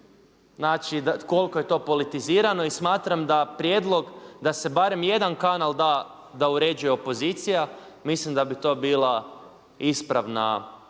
Znači koliko je to politizirano i smatram da prijedlog da se barem jedan kanal da uređuje opozicija mislim da bi to bila ispravna